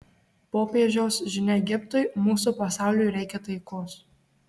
popiežiaus žinia egiptui mūsų pasauliui reikia taikos